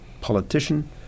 politician